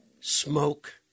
smoke